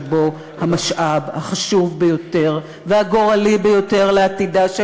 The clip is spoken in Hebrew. שבו המשאב החשוב ביותר והגורלי ביותר לעתידה של